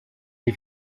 des